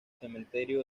cementerio